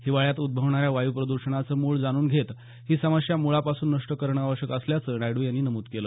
हिवाळ्यात उद्भवणाऱ्या वायू प्रदृषणाचं मूळ जाणून घेत ही समस्या मुळापासून नष्ट करणं आवश्यक असल्याचं नायडू यांनी नमूद केलं